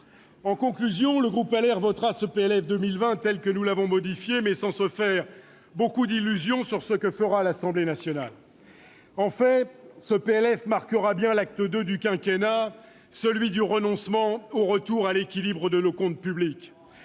ce projet de loi de finances pour 2020 tel que le Sénat l'a modifié, mais sans se faire beaucoup d'illusions sur ce que fera l'Assemblée nationale. En fait, ce texte marquera bien l'acte II du quinquennat, celui du renoncement au retour à l'équilibre de nos comptes publics.